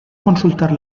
consultar